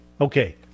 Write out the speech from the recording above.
Okay